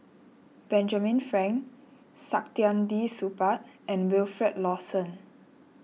Benjamin Frank Saktiandi Supaat and Wilfed Lawson